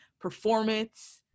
performance